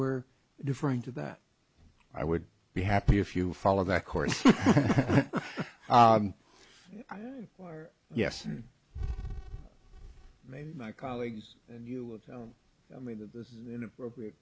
were differing to that i would be happy if you follow that course yes and maybe my colleagues and you would tell me that this is inappropriate